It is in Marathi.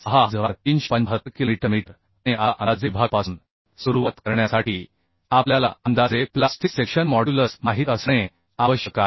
6375 किलोमीटर मीटर आणि आता अंदाजे विभागापासून सुरुवात करण्यासाठी आपल्याला अंदाजे प्लास्टिक सेक्शन मॉड्युलस माहित असणे आवश्यक आहे